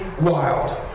wild